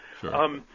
Sure